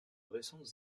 récentes